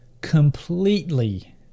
completely